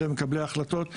למקבלי ההחלטות,